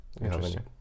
interesting